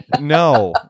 No